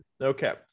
Okay